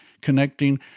connecting